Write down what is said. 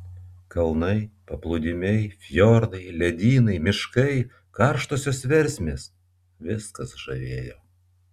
kalnai paplūdimiai fjordai ledynai miškai karštosios versmės viskas žavėjo